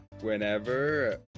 whenever